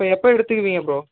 அப்போ எப்போ எடுத்துக்குறீங்க ப்ரோ